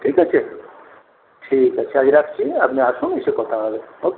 ঠিক আছে ঠিক আছে আজ রাখছি আপনি আসুন এসে কথা হবে ওকে